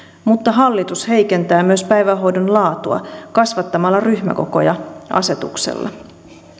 mutta hallitus heikentää myös päivähoidon laatua kasvattamalla ryhmäkokoja asetuksella